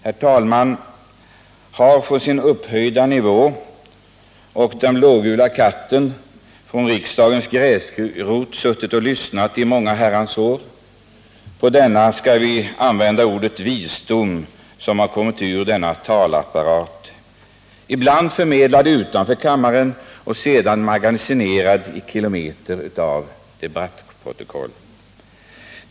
Herr talmannen från sin upphöjda nivå och den blågula katten, en riksdagens gräsrot, har, i många Herrans år, suttit och lyssnat på den, skall vi använda ordet visdom, som kommit ut ur denna talapparat, ibland förmedlad utanför kammaren och sedan magasinerad i kilometer av debattprotokoll.